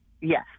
Yes